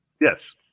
Yes